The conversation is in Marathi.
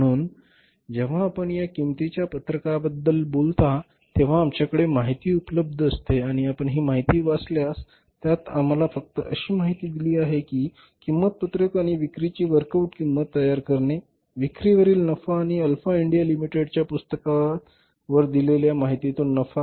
म्हणून जेव्हा आपण या किंमतीच्या पत्रकाबद्दल बोलता तेव्हा आमच्याकडे माहिती उपलब्ध असते आणि आपण ही माहिती वाचल्यास त्यात आम्हाला फक्त अशी माहिती दिली आहे की किंमत पत्रक आणि विक्रीची वर्कआउट किंमत तयार करणे विक्रीवरील नफा आणि अल्फा इंडिया लिमिटेडच्या पुस्तकांवर दिलेल्या माहितीतून नफा